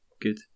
good